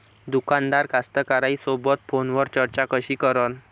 दुकानदार कास्तकाराइसोबत फोनवर चर्चा कशी करन?